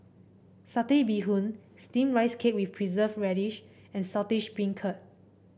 Satay Bee Hoon steamed Rice Cake with Preserved Radish and Saltish Beancurd